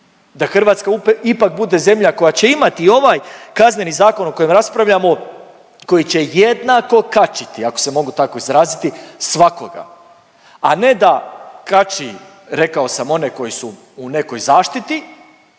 da Hrvatska ipak bude zemlja koja će imati i ovaj Kazneni zakon o kojem raspravljamo koji će jednako kačiti ako se mogu tako izraziti svakoga, a ne da kači rekao sam one koji su u nekoj zaštiti